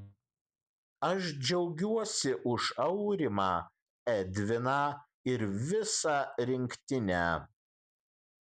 aš džiaugiuosi už aurimą edviną ir visą rinktinę